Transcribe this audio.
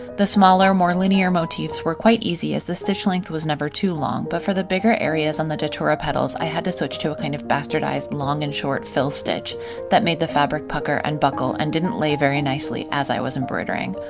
the smaller, more linear motifs were quite easy as the stitch length was never too long, but for the bigger areas on the datura petals, i had to switch to a kind of bastardized long-and-short and fill stitch that made the fabric pucker and buckle and didn't lay very nicely as i was embroidering.